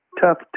tough